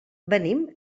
venim